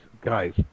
Guys